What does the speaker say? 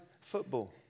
football